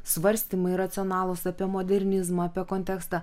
svarstymai racionalūs apie modernizmą apie kontekstą